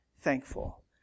thankful